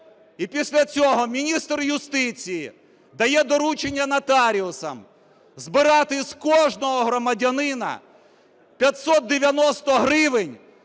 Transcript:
І після цього міністр юстиції дає доручення нотаріусам збирати з кожного громадянина 590 гривень